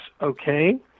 okay